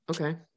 Okay